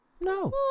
No